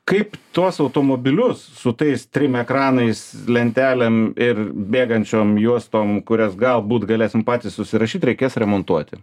kaip tuos automobilius su tais trim ekranais lentelėm ir bėgančiom juostom kurias galbūt galėsim patys susirašyti reikės remontuoti